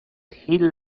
ille